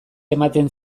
ematen